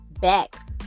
back